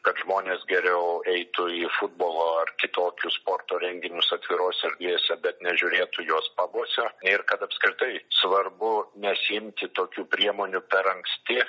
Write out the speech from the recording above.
kad žmonės geriau eitų į futbolo ar kitokius sporto renginius atvirose erdvėse bet nežiūrėtų juos pabuose ir kad apskritai svarbu nesiimti tokių priemonių per anksti